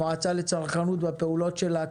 המועצה לצרכנות והפעולות שלה,